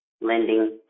lending